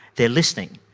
they are listening.